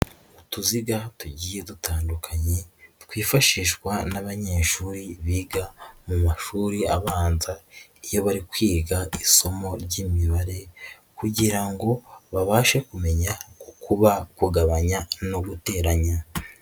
Utuziga tugiye dutandukanye twifashishwa n'abanyeshuri biga mu mashuri abanza iyo bari kwiga isomo ry'imibare kugira ngo babashe kumenya gukuba, kugabanya no guteranya.